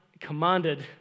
commanded